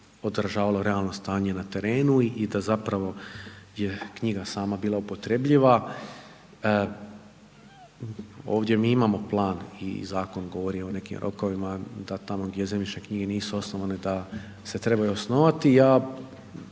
održavalo realno stanje na terenu i da zapravo je knjiga sama bila upotrjebljiva. Ovdje mi imamo plan i zakon, govorim o nekim rokovima da tamo gdje zemljišne knjige nisu osnovane da se trebaju osnovati.